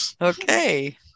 Okay